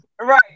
Right